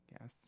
yes